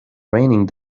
raining